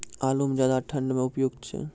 आलू म ज्यादा ठंड म उपयुक्त छै?